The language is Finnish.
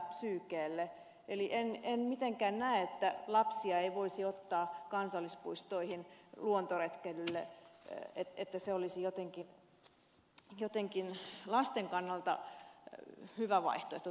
eli en mitenkään näe että lapsia ei voisi ottaa kansallispuistoihin luontoretkelle että nimenomaan hotelli olisi jotenkin lasten kannalta hyvä vaihtoehto